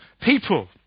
people